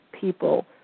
people